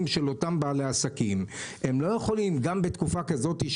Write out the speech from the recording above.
של אותם בעלי עסקים והם לא יכולים בתקופה כזאת,